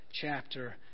chapter